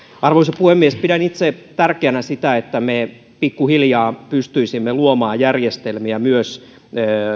arvoisa puhemies pidän itse tärkeänä sitä että me pikkuhiljaa pystyisimme luomaan järjestelmiä myös